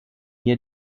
hier